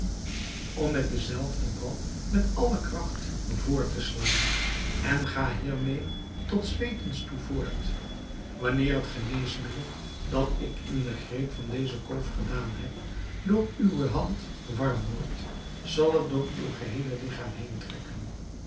om met dezelve den bal met alle kracht voort te slaan en ga hiermeê tot zweetens toe voort wanneer het geneesmiddel dat ik in de greep van deze kolf gedaan heb door uwe hand warm wordt zal het door uw geheele ligchaam heen trekken